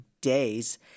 days